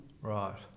Right